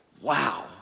Wow